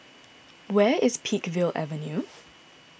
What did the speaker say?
Where is Peakville Avenue